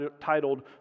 titled